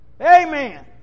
Amen